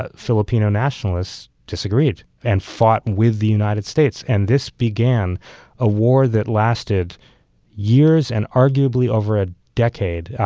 ah filipino nationalists disagreed and fought with the united states. and this began a war that lasted years, and arguably over a decade.